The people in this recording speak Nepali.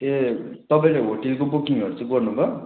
ए तपाईँले होटेलको बुकिङहरु चाहिँ गर्नु भयो